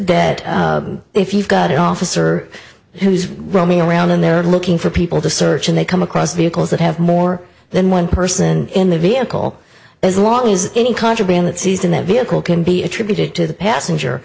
that if you've got an officer who's roaming around and they're looking for people to search and they come across vehicles that have more than one person in the vehicle as long as any contraband that seized in that vehicle can be attributed to the passenger